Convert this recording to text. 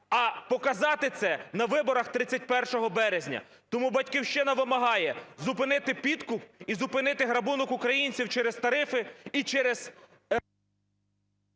а показати це на виборах 31 березня. Тому "Батьківщина" вимагає зупинити підкуп і зупинити грабунок українців через тарифи і через...